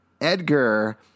Edgar